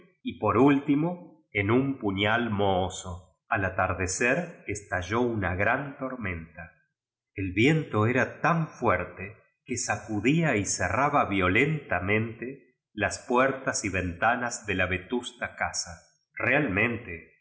y por último en na puñal mohoso al atardecer estalló una gran tormenta el viento era tan fuerte que sacudía y cerraba violentamente las puertas y venta nas de la vetusta casa realmente